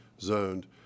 zoned